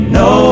no